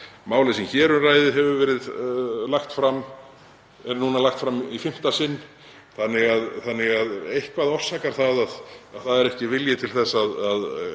Málið sem hér um ræðir hefur verið lagt fram og er núna lagt fram í fimmta sinn þannig að eitthvað orsakar það að ekki er vilji til að